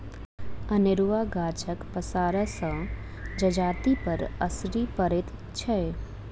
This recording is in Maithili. अनेरूआ गाछक पसारसँ जजातिपर असरि पड़ैत छै